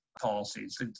policies